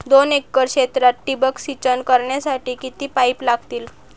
दोन एकर क्षेत्रात ठिबक सिंचन करण्यासाठी किती पाईप लागतील?